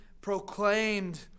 proclaimed